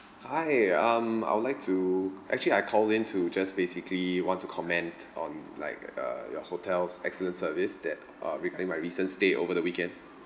hi um I would like to actually I called in to just basically want to comment on like uh your hotel's excellent service that uh regarding my recent stay over the weekend